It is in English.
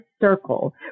circle